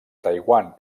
taiwan